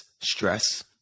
stress